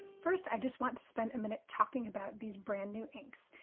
first, i just want to spend a minute talking about these brand new inks.